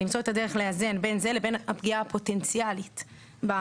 למצוא את הדרך לאזן בין זה לבין הפגיעה הפוטנציאלית בפרטיות,